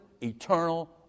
eternal